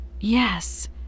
Yes